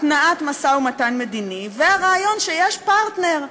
התנעת משא-ומתן מדיני והרעיון שיש פרטנר.